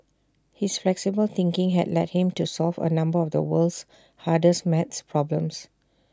his flexible thinking had led him to solve A number of the world's hardest math problems